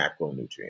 Macronutrients